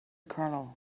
colonel